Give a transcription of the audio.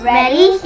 Ready